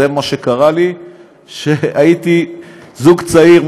זה מה שקרה לי כשהייתי זוג צעיר,